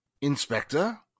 Inspector